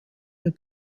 der